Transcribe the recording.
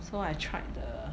so I tried the